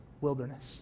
wilderness